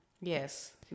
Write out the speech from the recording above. yes